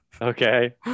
okay